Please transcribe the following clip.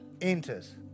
enters